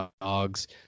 dogs